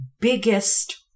biggest